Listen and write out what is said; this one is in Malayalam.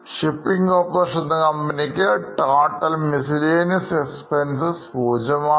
Shipping Corporation എന്ന കമ്പനിക്ക് total miscellaneous expenses 0 ആണ്